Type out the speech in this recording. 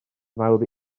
mawr